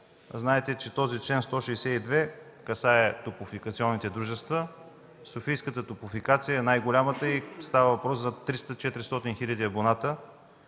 Знаете, че чл. 162 касае топлофикационните дружества. Софийска топлофикация е най-голямата и става въпрос за 300 400 хиляди абоната.